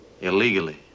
Illegally